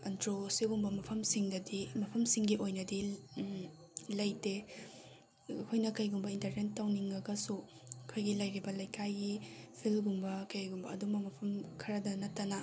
ꯑꯟꯗ꯭ꯔꯣ ꯁꯤꯒꯨꯝꯕ ꯃꯐꯝꯁꯤꯡꯗꯗꯤ ꯃꯐꯝꯁꯤꯡꯒꯤ ꯑꯣꯏꯅꯗꯤ ꯂꯩꯇꯦ ꯑꯩꯈꯣꯏꯅ ꯀꯩꯒꯨꯝꯕ ꯏꯟꯇꯔꯇꯦꯟ ꯇꯧꯅꯤꯡꯉꯒꯁꯨ ꯑꯩꯈꯣꯏꯒꯤ ꯂꯩꯔꯤꯕ ꯂꯩꯀꯥꯏꯒꯤ ꯐꯤꯜꯒꯨꯝꯕ ꯀꯩꯒꯨꯝꯕ ꯑꯗꯨꯝꯕ ꯃꯐꯝ ꯈꯔꯗ ꯅꯠꯇꯅ